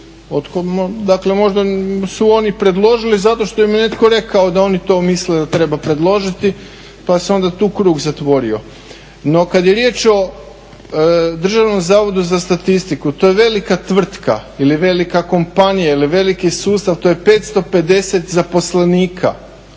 Dakle, možda su oni predložili zato što im je netko rekao da oni to misle da treba predložiti, pa se onda tu krug zatvorio. No, kad je riječ o Državnom zavodu za statistiku to je velika tvrtka, ili velika kompanija, ili veliki sustav, to je 550 zaposlenika.